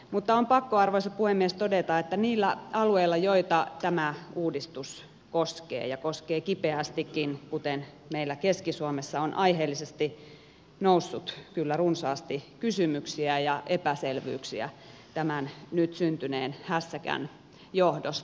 mutta on pakko arvoisa puhemies todeta että niillä alueilla joita tämä uudistus koskee ja koskee kipeästikin kuten meillä keski suomessa on aiheellisesti noussut kyllä runsaasti kysymyksiä ja epäselvyyksiä tämän nyt syntyneen hässäkän johdosta